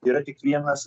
tai yra tik vienas